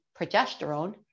progesterone